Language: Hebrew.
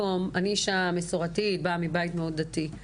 כאישה שומרת מסורת שבאה מבית מאוד דתי,